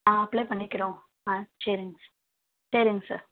ஆ apply பண்ணிக்கிறோம் ஆ சரிங்க சரிங்க சார்